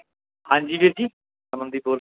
ਹਾਂਜੀ ਵੀਰ ਜੀ ਅਮਨਦੀਪ ਬੋਲ